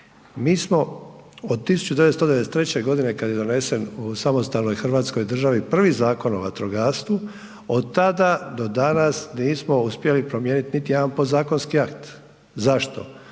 Mi smo od 1993. godine kada je donesen u samostalnoj Hrvatskoj državi prvi Zakon o vatrogastvu, od tada do danas nismo uspjeli promijeniti niti jedna podzakonski akt. Zašto?